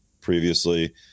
previously